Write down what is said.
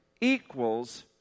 Equals